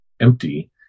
empty